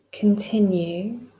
continue